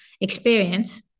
experience